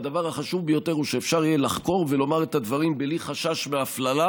והדבר החשוב ביותר הוא שאפשר לחקור ולומר את הדברים בלי חשש מהפללה,